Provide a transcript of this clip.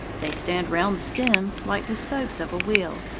they stand round the stem like the spokes of a wheel,